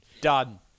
Done